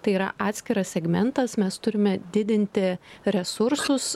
tai yra atskiras segmentas mes turime didinti resursus